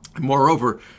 Moreover